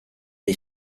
des